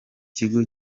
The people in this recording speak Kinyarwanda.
kigo